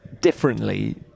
differently